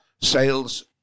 sales